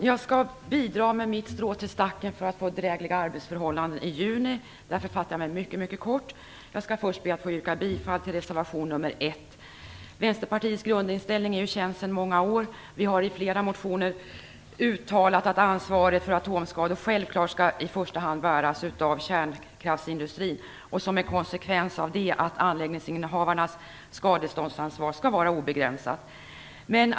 Fru talman! Jag skall dra mitt strå till stacken för att vi skall få drägliga arbetsförhållanden i juni. Därför fattar jag mig mycket kort. Jag skall först be att få yrka bifall till reservation nr 1. Vänsterpartiets grundinställning är känd sedan många år. Vi har i flera motioner uttalat att ansvaret för atomskador självfallet i första hand skall bäras av kärnkraftsindustrin och som en konsekvens av det att anläggningshavarnas skadeståndsansvar skall vara obegränsat.